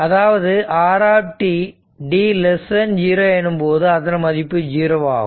அதாவது r t0 எனும்போது அதன் மதிப்பு 0 ஆகும்